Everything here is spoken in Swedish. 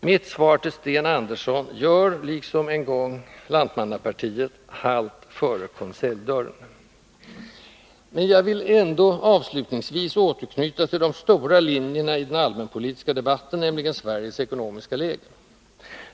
Mitt svar till Sten Andersson gör, liksom en gång lantmannapartiet, halt framför konseljdörren. Men jag vill ändå avslutningsvis återknyta till de stora linjerna i den allmänpolitiska debatten, nämligen Sveriges ekonomiska läge.